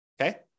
okay